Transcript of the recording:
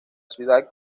ciudad